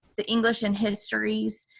the english and histories,